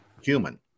human